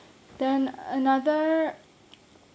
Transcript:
then another